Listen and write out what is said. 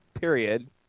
period